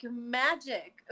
magic